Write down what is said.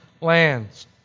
lands